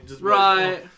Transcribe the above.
Right